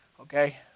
Okay